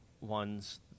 ones